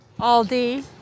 Aldi